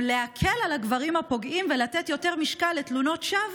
להקל על הגברים הפוגעים ולתת יותר משקל לתלונות שווא,